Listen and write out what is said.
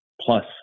plus